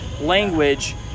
language